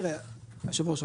תראה היושב ראש,